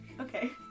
Okay